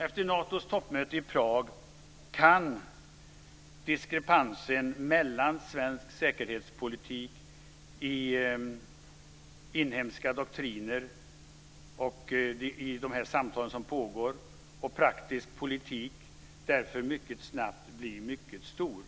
Efter Natos toppmöte i Prag kan diskrepansen mellan svensk säkerhetspolitisk i inhemska doktriner, i de samtal som pågår och i praktisk politik därför mycket snabbt bli mycket stor.